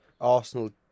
Arsenal